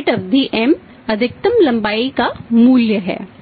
अवधि M अधिकतम लंबाई का मूल्य क्या है